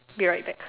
be right back